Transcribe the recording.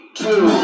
two